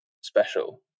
special